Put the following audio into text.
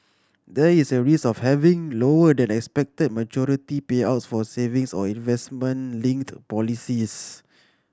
there is a risk of having lower than expected maturity payouts for savings or investment linked policies